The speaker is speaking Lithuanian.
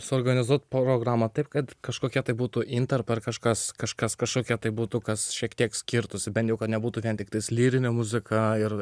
suorganizuoti programą taip kad kažkokia tai būtų intarpą ar kažkas kažkas kažkokia tai būtų kas šiek tiek skirtųsi bent jau kad nebūtų vien tiktais lyrinė muzika ir